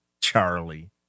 Charlie